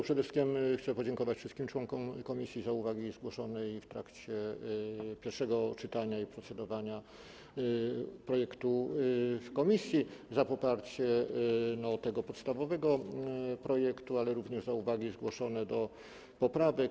Przede wszystkim chcę podziękować wszystkim członkom komisji za uwagi zgłoszone w trakcie pierwszego czytania projektu i procedowania nad nim w komisji, za poparcie tego podstawowego projektu, ale również za uwagi zgłoszone do poprawek.